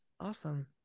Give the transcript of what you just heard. Awesome